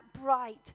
bright